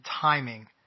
timing